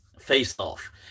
face-off